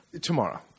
Tomorrow